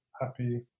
happy